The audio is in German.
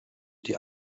die